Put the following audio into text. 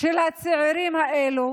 של הצעירים האלו